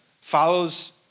follows